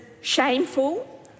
shameful